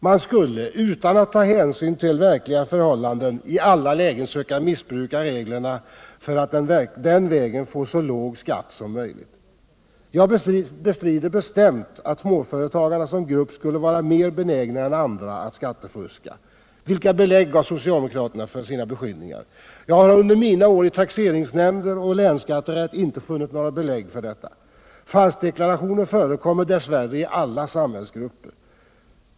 De skulle utan att ta hänsyn till verkliga förhållanden i alla lägen söka missbruka reglerna för att den vägen få så låg skatt som möjligt. Jag bestrider bestämt att småföretagarna som pgrupp skulle vara mer benägna än andra att skattefuska. Vilka belägg har socialdemokraterna för sina beskyllningar? Jag har under mina år i taxeringsnämnd och länsskatterätt inte funnit några belägg för detta. Falskdeklarationer förekommer dess värre ialla samhällsgrupper.